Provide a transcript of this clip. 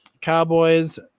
Cowboys